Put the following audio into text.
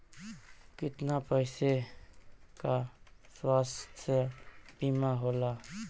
कितना पैसे का स्वास्थ्य बीमा होला?